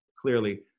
clearly